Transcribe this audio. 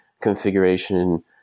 configuration